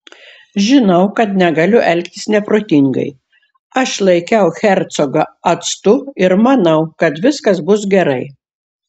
žinau kad negaliu elgtis neprotingai aš laikiau hercogą atstu ir manau kad viskas bus gerai